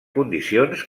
condicions